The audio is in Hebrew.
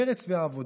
מרצ והעבודה,